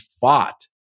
fought